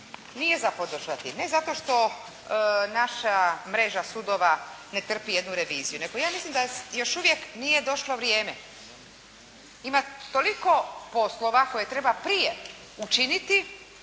nije za podržati. Ne zato što naša mreža sudova ne trpi jednu reviziju, nego ja mislim da još uvijek nije došlo vrijeme. Ima toliko poslova koje treba prije učiniti